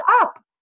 up